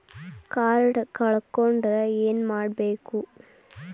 Card ಕಳ್ಕೊಂಡ್ರ ಏನ್ ಮಾಡಬೇಕು?